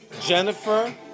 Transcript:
Jennifer